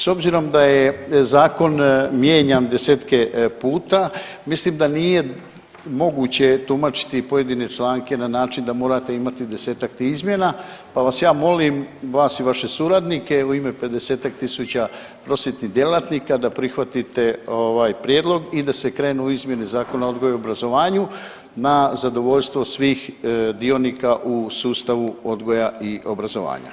S obzirom da je zakon mijenjan desetke puta mislim da nije moguće tumačiti pojedine članke na način da morate imati desetke izmjena, pa vas ja molim, vas i vaše suradnike u ime pedesetak tisuća prosvjetnih djelatnika da prihvatite prijedlog i da se krene u izmjene Zakona o odgoju i obrazovanju na zadovoljstvo svih dionika u sustavu odgoja i obrazovanja.